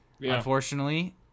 Unfortunately